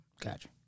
Gotcha